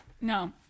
No